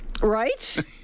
right